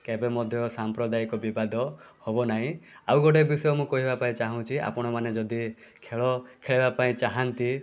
କେବେ ମଧ୍ୟ ସାମ୍ପ୍ରଦାୟକ ବିବାଦ ହେବ ନାହିଁ ଆଉ ଗୋଟେ ବିଷୟ ମୁଁ କହିବାପାଇଁ ଚାହୁଁଛି ଆପଣମାନେ ଯଦି ଖେଳ ଖେଳିବା ପାଇଁ ଚାହାନ୍ତି